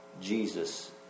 Jesus